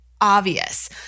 obvious